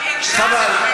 חבל.